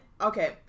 okay